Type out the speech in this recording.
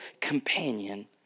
companion